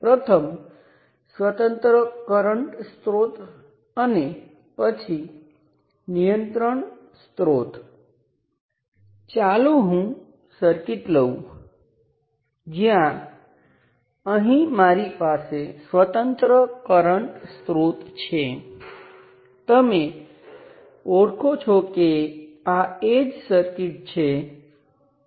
હું તેને નોડમાંથી વોલ્ટેજ સ્ત્રોતને આગળ મોકલવું કહીશ તેનો અર્થ શું છે તે આગળ સ્પષ્ટ થશે હવે નોડને ધ્યાનમાં લો અને ઘણીબધી શાખાઓ આ નોડ સાથે જોડાયેલ છે